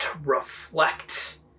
reflect